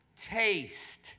taste